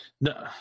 No